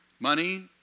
Money